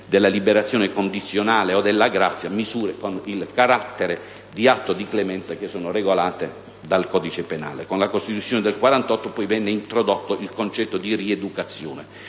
della liberazione condizionale o della grazia, misure con il carattere di atto di clemenza, regolate dal codice penale. Con la Costituzione del 1948 venne introdotto il concetto di rieducazione;